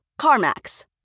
CarMax